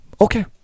okay